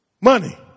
Money